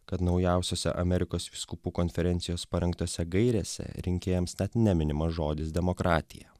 kad naujausiose amerikos vyskupų konferencijos parengtose gairėse rinkėjams net neminimas žodis demokratija